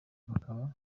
bakaba